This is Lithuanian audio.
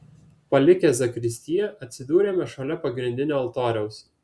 palikę zakristiją atsidūrėme šalia pagrindinio altoriaus